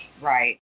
Right